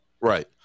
Right